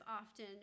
often